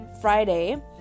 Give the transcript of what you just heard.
Friday